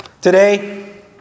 Today